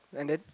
and then